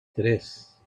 tres